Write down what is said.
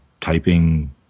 typing